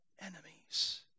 enemies